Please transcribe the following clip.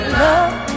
love